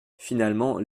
finalement